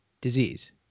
disease